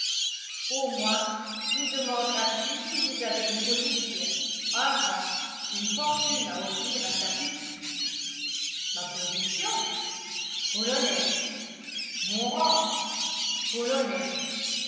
au moins vous demandera-t-il si vous avez une position un rang une fortune à offrir à sa pupille ma position colonel mon rang colonel